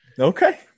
Okay